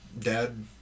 dad